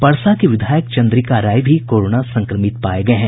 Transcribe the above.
परसा के विधायक चंद्रिका राय भी कोरोना संक्रमित पाये गये हैं